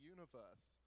Universe